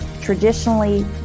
traditionally